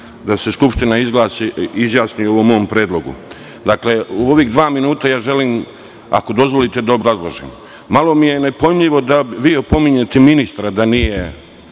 da se Skupština izjasni o ovom mom predlogu. Dakle, u ovih dva minuta želim, ako dozvolite da obrazložim. Malo mi je nepojmljivo da vi opominjete ministra da nije,